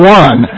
one